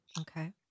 Okay